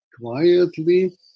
quietly